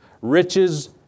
Riches